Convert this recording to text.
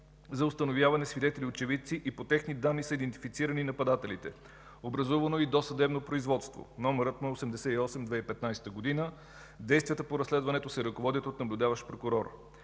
за установяване свидетели очевидци и по техни данни са идентифицирани нападателите. Образувано е и досъдебно производство, номерът му е 88/2015 г. Действията по разследването се ръководят от наблюдаващ прокурор.